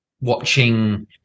watching